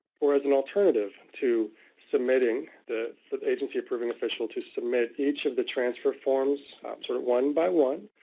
or as an alternative to submitting the agency approving official to submit each of the transfer forms sort of one by one.